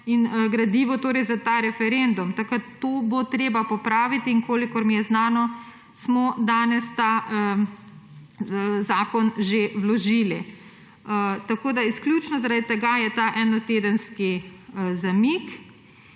in gradivo za ta referendum, tako da to bo treba popraviti in kolikor mi je znano, smo danes ta zakon že vložili. Tako je izključno zaradi tega ‒ ta enotedenski zamik.